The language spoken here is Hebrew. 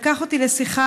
לקח אותי לשיחה,